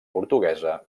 portuguesa